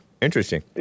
Interesting